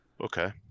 Okay